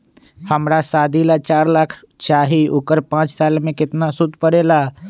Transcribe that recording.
हमरा शादी ला चार लाख चाहि उकर पाँच साल मे सूद कितना परेला?